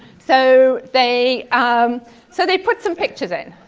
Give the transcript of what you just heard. so they um so they put some pictures in.